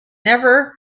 never